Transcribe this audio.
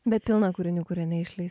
bet pilna kūrinių kurie neišleis